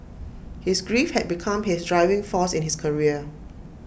his grief had become his driving force in his career